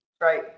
Right